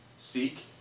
Seek